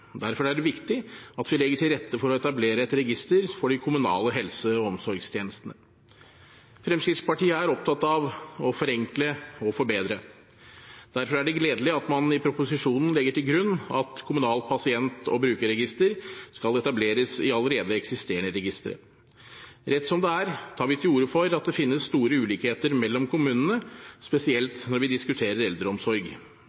Derfor er det viktig at vi legger til rette for å etablere et register for de kommunale helse- og omsorgstjenestene. Fremskrittspartiet er opptatt av å forenkle og forbedre. Derfor er det gledelig at man i proposisjonen legger til grunn at kommunalt pasient- og brukerregister skal etableres i allerede eksisterende registre. Rett som det er tar vi til orde for at det finnes store ulikheter mellom kommunene,